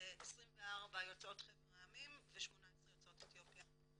24 יוצאות חבר העמים ו-18 יוצאות אתיופיה.